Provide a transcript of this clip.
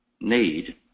need